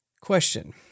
Question